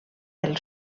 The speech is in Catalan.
del